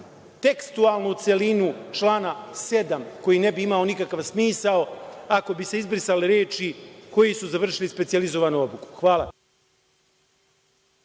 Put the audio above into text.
tekstualnu celinu člana 7. koji ne bi imao nikakav smisao ako bi se izbrisale reči - koji su završili specijalizovanu obuku. Hvala.